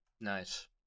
Nice